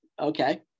okay